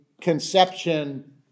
conception